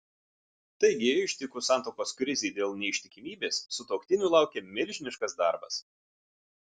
taigi ištikus santuokos krizei dėl neištikimybės sutuoktinių laukia milžiniškas darbas